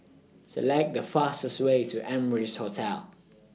Select The fastest Way to Amrise Hotel